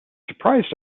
surprised